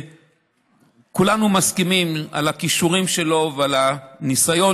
כולנו מסכימים על הכישורים שלו ועל הניסיון,